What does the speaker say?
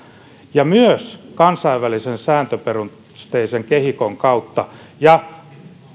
ja myös kansainvälisen sääntöperusteisen kehikon kautta